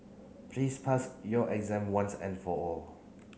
please pass your exam once and for all